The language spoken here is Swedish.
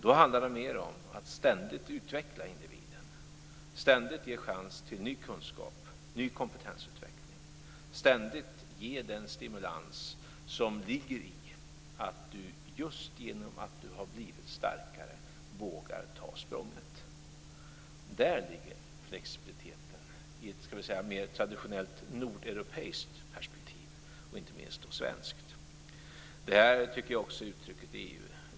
Då handlar det mer om att ständigt utveckla individen, ständigt ge chans till ny kunskap, ny kompetensutveckling, ständigt ge den stimulans som ligger i att du just genom att du har blivit starkare vågar ta språnget. Där ligger flexibiliteten i vad vi skulle kunna kalla ett mer traditionellt nordeuropeiskt - och inte minst svenskt - perspektiv. Det här uttrycks också i EU.